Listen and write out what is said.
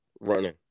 running